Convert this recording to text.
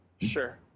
Sure